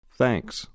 Thanks